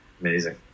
Amazing